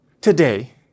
today